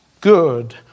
good